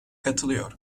katılıyor